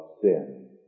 sin